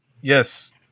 Yes